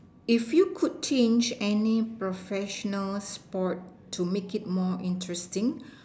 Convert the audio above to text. if you could change any professional sport to make it more interesting